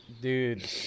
dude